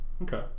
Okay